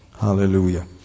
Hallelujah